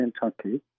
Kentucky